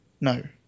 No